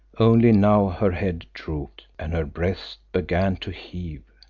only now her head drooped and her breast began to heave.